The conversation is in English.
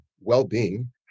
well-being